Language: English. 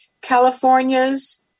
California's